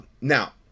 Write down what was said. Now